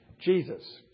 Jesus